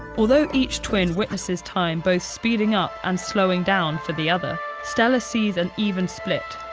although each twin witnesses time both speeding up and slowing down for the other, stella sees an even split,